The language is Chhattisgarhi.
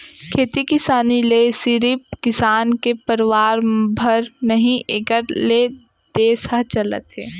खेती किसानी ले सिरिफ किसान के परवार भर नही एकर ले देस ह चलत हे